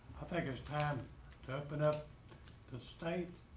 think it's time to open up the state.